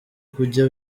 kujya